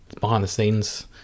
behind-the-scenes